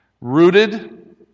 Rooted